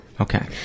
Okay